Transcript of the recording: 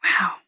Wow